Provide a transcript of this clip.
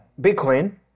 Bitcoin